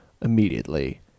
immediately